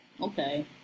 okay